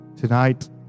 tonight